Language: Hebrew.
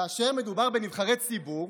"כאשר מדובר בנבחרי ציבור,